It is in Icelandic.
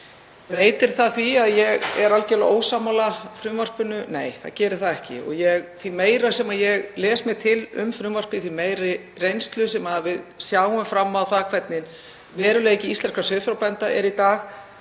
Breytir það því að ég er algerlega ósammála frumvarpinu? Nei, það gerir það ekki. Því meira sem ég les mér til um frumvarpið, því meiri reynslu sem við höfum af því hvernig veruleiki íslenskra sauðfjárbænda er í dag,